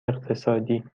اقتصادی